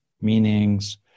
meanings